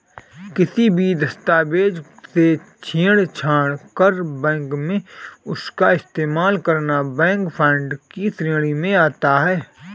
किसी भी दस्तावेज से छेड़छाड़ कर बैंक में उसका इस्तेमाल करना बैंक फ्रॉड की श्रेणी में आता है